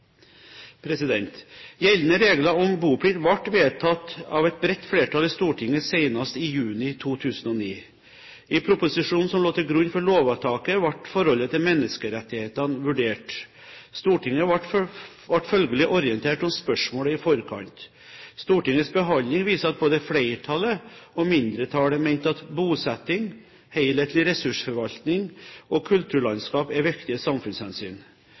Gjeldende regler om boplikt ble vedtatt av et bredt flertall i Stortinget senest i juni 2009. I proposisjonen som lå til grunn for lovvedtaket, ble forholdet til menneskerettighetene vurdert. Stortinget ble følgelig orientert om spørsmålet i forkant. Stortingets behandling viser at både flertallet og mindretallet mente at bosetting, helhetlig ressursforvaltning og kulturlandskap er viktige samfunnshensyn.